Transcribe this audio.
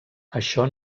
això